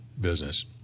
business